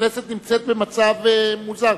הכנסת נמצאת במצב מוזר.